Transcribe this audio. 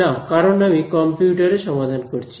না কারণ আমি কম্পিউটারে সমাধান করছি